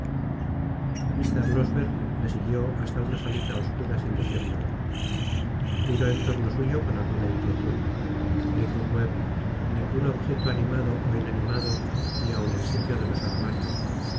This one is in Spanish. mr losberne le siguió hasta una salila obscura sin decir palabra miró en torno suyo con alguna inquietud ningun mueble ningun objeto animado ó inanimado ni aun el sitio de los armarios